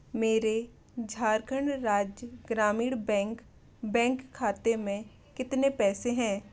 मेरे झारखण्ड राज्य ग्रामीण बैंक बैंक खाते में कितने पैसे हैं